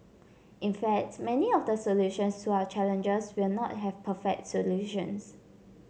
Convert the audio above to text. in fact many of the solutions to our challenges will not have perfect solutions